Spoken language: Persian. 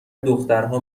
دخترها